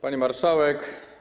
Pani Marszałek!